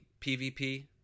PvP